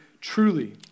Truly